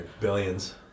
billions